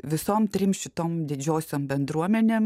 visom trim šitom didžiosiom bendruomenėm